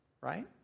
right